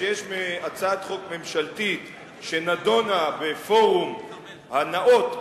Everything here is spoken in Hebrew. כשיש הצעת חוק ממשלתית שנדונה בפורום הנאות,